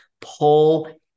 pull